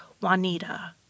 Juanita